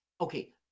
Okay